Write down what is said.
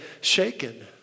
shaken